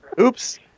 oops